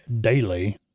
daily